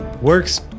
works